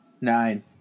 nine